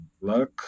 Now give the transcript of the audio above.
luck